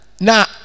now